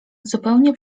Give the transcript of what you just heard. zupełnie